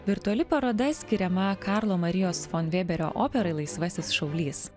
virtuali paroda skiriama karlo marijos fon vėberio operai laisvasis šaulys